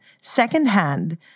secondhand